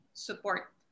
support